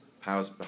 Powers